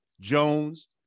jones